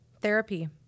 therapy